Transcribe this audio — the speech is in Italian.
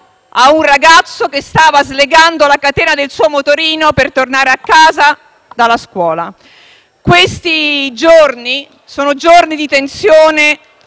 a un ragazzo, che stava slegando la catena del suo motorino per tornare a casa dalla scuola. Questi sono giorni di tensione